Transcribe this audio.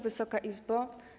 Wysoka Izbo!